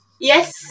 Yes